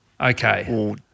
Okay